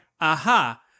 aha